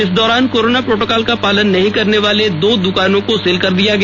इस दौरान corona protocol का पालन नहीं करने वाले दो दुकानों को सील कर दिया गया